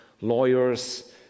lawyers